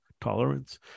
tolerance